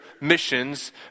missions